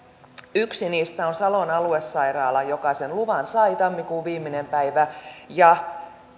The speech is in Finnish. yksi niistä on salon aluesairaala joka sen luvan sai tammikuun viimeinen päivä ja